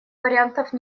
вариантов